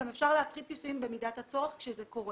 גם אפשר להפחית כיסויים במידת הצורך כשזה קורה.